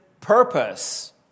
purpose